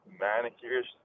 manicures